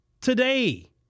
today